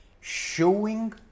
showing